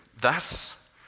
Thus